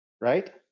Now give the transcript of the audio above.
Right